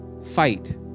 fight